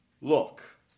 look